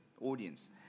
audience